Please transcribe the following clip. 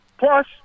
Plus